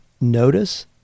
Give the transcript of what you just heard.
notice